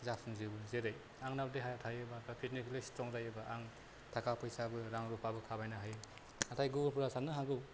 जाफुंजोबो जेरै आंनाव देहाया थायोबा फिसिकेलि स्थ्रं जायोबा आं थाखा फैसाबो रां रुफाबो खामायनो हायो नाथाय गुबनफोरा साननो हागौ